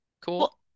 cool